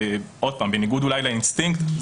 אולי בניגוד לאינסטינקט,